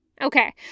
Okay